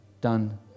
done